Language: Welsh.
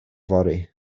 fory